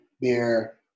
beer